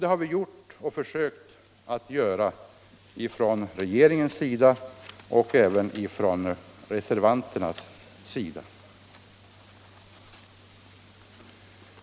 Den regeln har regeringen följt och det har även reservanterna gjort.